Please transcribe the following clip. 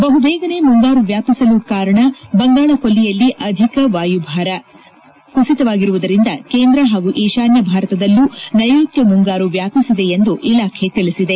ಬಹುಬೇಗನೆ ಮುಂಗಾರು ವ್ಯಾಪಿಸಲು ಕಾರಣ ಬಂಗಾಳಕೊಲ್ಲಿಯಲ್ಲಿ ಅಧಿಕ ವಾಯುಭಾರ ಕುಸಿತವಾಗಿರುವುದರಿಂದ ಕೇಂದ್ರ ಹಾಗೂ ಈತಾನ್ನ ಭಾರತದಲ್ಲೂ ನೈರುತ್ತ ಮುಂಗಾರು ವ್ಯಾಪಿಸಿದೆ ಎಂದು ಇಲಾಖೆ ತಿಳಿಸಿದೆ